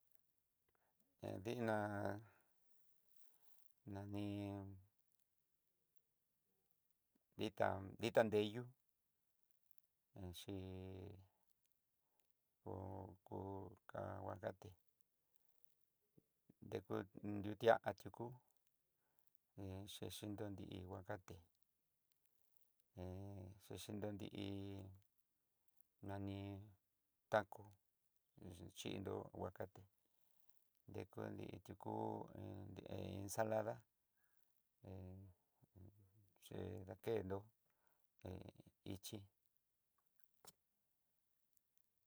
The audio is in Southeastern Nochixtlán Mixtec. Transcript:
He diná nani ditá dita nreyú, inxhi koku ká aguacate de ku nrutia tukú, iin xhendondí aguacaté iin xhendondí nani taco, in xhinró aguacaté deku nri tuku iin dé ensalada xhé dakendó, ichí.